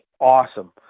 awesome